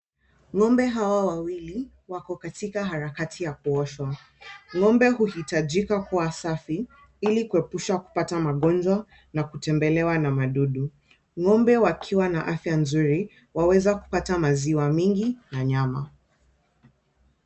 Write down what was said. Ngombe hawa wawili wako katika harakati ya kuoshwa. Ngombe huhitajika kuwa safi ili kuepusha kupata magonjwa na kutembelewa na madudu. Ngombe wakiwa na afya nzuri waweza kupata maziwa mingi na nyama.